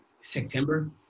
September